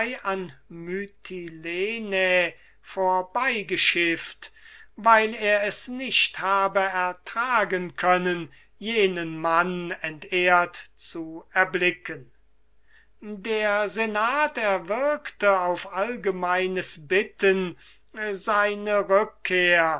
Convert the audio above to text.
an mytilenä vorbeigeschifft weil er es nicht habe ertragen können jenen mann entehrt zu erblicken der senat erwirkte auf allgemeines bitten seine rückkehr